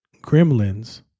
Gremlins